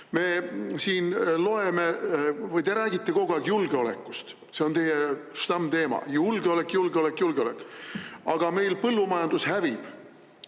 on sisuline. Te räägite kogu aeg julgeolekust, see on teie stammteema: julgeolek, julgeolek, julgeolek. Aga meil põllumajandus hävib